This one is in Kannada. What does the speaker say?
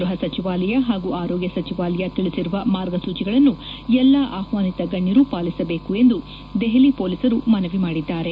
ಗೃಹ ಸಚಿವಾಲಯ ಹಾಗೂ ಆರೋಗ್ಯ ಸಚಿವಲಯ ತಿಳಿಸಿರುವ ಮಾರ್ಗಸೂಚಿಗಳನ್ನು ಎಲ್ಲಾ ಆಹ್ವಾನಿತ ಗಣ್ಯರು ಪಾಲಿಸಬೇಕು ಎಂದು ದೆಹಲಿ ಪೊಲೀಸರು ಮನವಿ ಮಾಡಿದ್ದಾರೆ